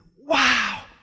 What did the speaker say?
wow